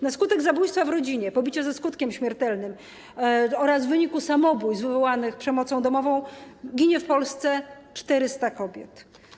Na skutek zabójstwa w rodzinie, pobicia ze skutkiem śmiertelnym oraz w wyniku samobójstw wywołanych przemocą domową ginie w Polsce 400 kobiet.